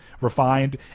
refined